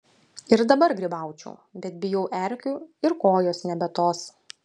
ir dabar grybaučiau bet bijau erkių ir kojos nebe tos